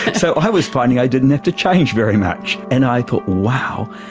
so i was finding i didn't have to change very much, and i thought, wow,